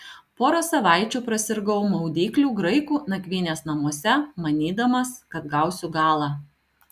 porą savaičių prasirgau maudyklių graikų nakvynės namuose manydamas kad gausiu galą